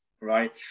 Right